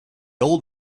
old